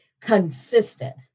consistent